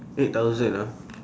eight thousand ah